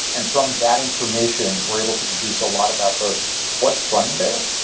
and from that information, we're able to deduce a lot about both what's running there.